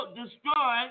destroy